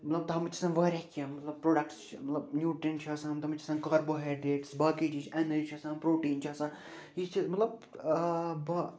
مطلب تَتھ منٛز چھُ آسان وارِیاہ کیٚنٛہہ مطلب پرٛوڈکٹٕس چھِ مطلب نیوٗٹِرٛینٛٹ چھِ آسان تتھ منٛز چھِ آسان کاربوہیڈرٛیٹٕس باقی چیٖز چھِ اٮ۪نَے چھُ آسان پرٛوٹیٖن چھُ آسان یہِ چھِ مطلب